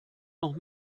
noch